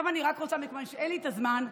מכיוון שאין לי את הזמן,